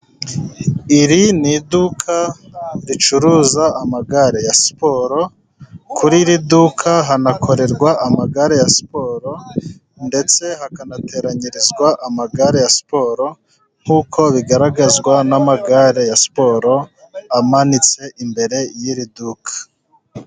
Iri ni iduka ricuruza amagare ya siporo, kuri iri duka hanakorerwa amagare ya siporo, ndetse hakanateranyirizwa amagare ya siporo, nk'uko bigaragazwa n'amagare ya siporo, amanitse imbere y'iri duka.